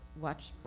Watch